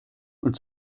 und